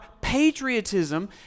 patriotism